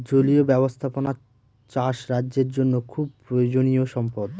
জলীয় ব্যাবস্থাপনা চাষ রাজ্যের জন্য খুব প্রয়োজনীয়ো সম্পদ